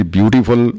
Beautiful